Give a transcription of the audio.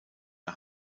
der